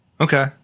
Okay